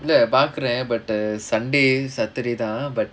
இல்ல பாக்குறேன்:illa paakkuraen but the sunday saturday தான்:thaan but